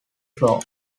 floor